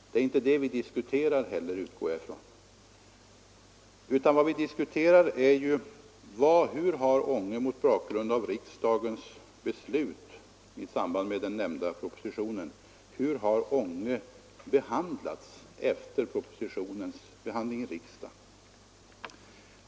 Jag utgår från att det inte heller är det vi diskuterar, utan hur Ånge, mot bakgrund av riksdagens beslut i samband med den nämnda propositionen, har behandlats efter riksdagsbeslutet.